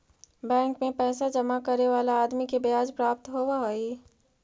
bank में पैसा जमा करे वाला आदमी के ब्याज प्राप्त होवऽ हई